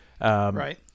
Right